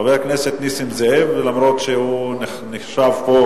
חבר הכנסת נסים זאב, למרות שהוא נחשב פה